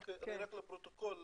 רק לפרוטוקול,